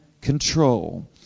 control